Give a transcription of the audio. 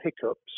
hiccups